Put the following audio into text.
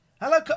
Hello